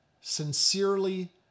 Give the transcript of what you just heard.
sincerely